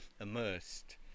immersed